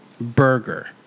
burger